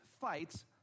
fights